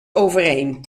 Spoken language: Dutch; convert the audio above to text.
overeen